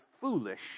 foolish